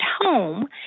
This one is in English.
home